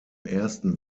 ersten